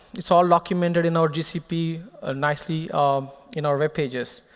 it's all documented in our gcp ah nicely um in our web pages.